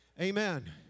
Amen